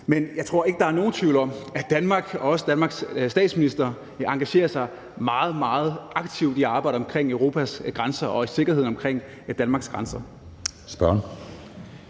Men jeg tror ikke, der er nogen tvivl om, at Danmark og også Danmarks statsminister engagerer sig meget, meget aktivt i arbejdet omkring Europas grænser og i sikkerheden omkring Danmarks grænser.